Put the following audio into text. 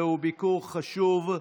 זהו ביקור חשוב,